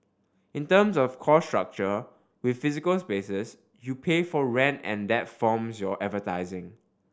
in terms of cost structure with physical spaces you pay for rent and that forms your advertising